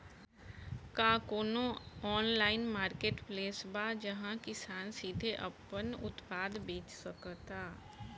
का कोनो online marketplace बा जहां किसान सीधे अपन उत्पाद बेच सकता?